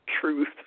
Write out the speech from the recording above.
truth